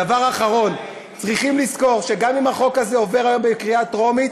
דבר אחרון: צריכים לזכור שגם אם החוק הזה עובר בקריאה טרומית,